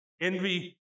envy